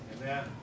Amen